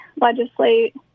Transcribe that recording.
legislate